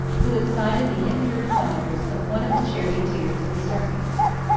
who excited the impure desires of one of the charioteers of the circus.